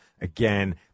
Again